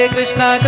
Krishna